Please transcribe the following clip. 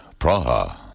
Praha